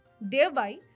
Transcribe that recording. thereby